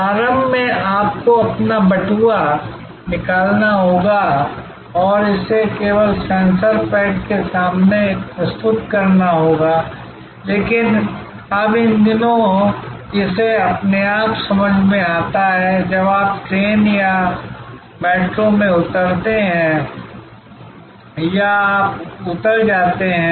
प्रारंभ में आपको अपना बटुआ निकालना होगा और इसे केवल सेंसर पैड के सामने प्रस्तुत करना होगा लेकिन अब इन दिनों इसे अपने आप समझ में आता है जब आप ट्रेन या मेट्रो में उतरते हैं या आप उतर जाते हैं